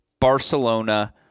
Barcelona